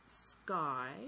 Sky